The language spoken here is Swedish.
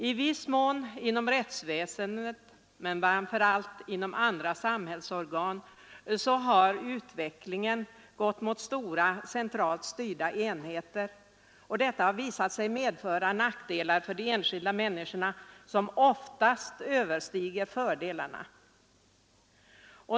I viss mån har utvecklingen inom rättsväsendet men framför allt inom andra samhällsorgan gått mot stora, centralt styrda enheter; detta har visat sig medföra nackdelar för de enskilda människorna, nackdelar som oftast överstiger fördelarna.